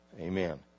Amen